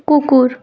কুকুর